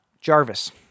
Jarvis